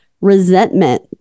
resentment